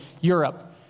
Europe